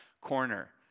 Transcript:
corner